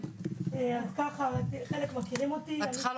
כרגע אנחנו